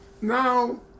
Now